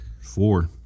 four